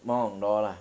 more on law lah